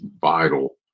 vital